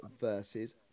versus